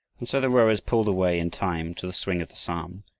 and so the rowers pulled away in time to the swing of the psalm,